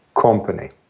company